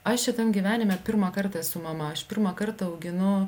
aš šitam gyvenime pirmąkart esu mama aš pirmą kartą auginu